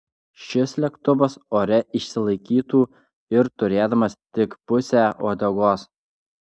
šis lėktuvas ore išsilaikytų ir turėdamas tik pusę uodegos